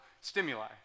stimuli